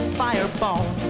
fireball